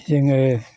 जोङो